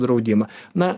draudimą na